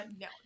no